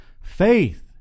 Faith